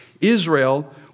Israel